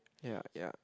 ya ya